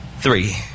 three